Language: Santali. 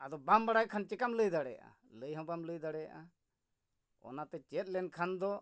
ᱟᱫᱚ ᱵᱟᱢ ᱵᱟᱲᱟᱭ ᱠᱷᱟᱱ ᱪᱮᱠᱟᱢ ᱞᱟᱹᱭ ᱫᱟᱲᱮᱭᱟᱜᱼᱟ ᱞᱟᱹᱭ ᱦᱚᱸ ᱵᱟᱢ ᱞᱟᱹᱭ ᱫᱟᱲᱮᱭᱟᱜᱼᱟ ᱚᱱᱟᱛᱮ ᱪᱮᱫ ᱞᱮᱱᱠᱷᱟᱱ ᱫᱚ